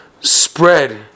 spread